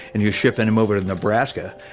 and you're shipping them over to nebraska,